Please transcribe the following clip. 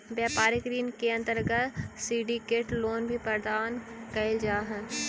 व्यापारिक ऋण के अंतर्गत सिंडिकेट लोन भी प्रदान कैल जा हई